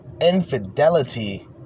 infidelity